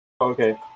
okay